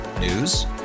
News